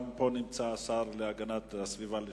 נמצא פה גם השר להגנת הסביבה לשעבר.